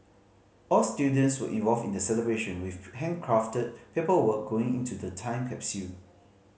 all students were involved in the celebration with handcrafted paperwork going into the time capsule